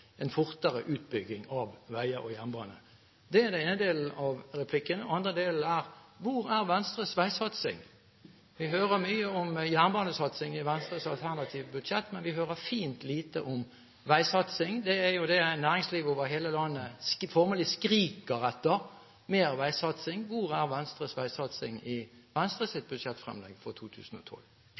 en fortere utbygging av veier og jernbane. Det er den ene delen av replikken. Den andre delen er: Hvor er Venstres veisatsing? Vi hører mye om jernbanesatsing i Venstres alternative budsjett, men vi hører fint lite om veisatsing. Det er det næringslivet over hele landet formelig skriker etter, mer veisatsing. Hvor er Venstres veisatsing i Venstres budsjettfremlegg for 2012?